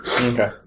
Okay